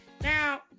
Now